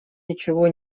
ничего